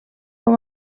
com